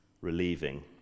relieving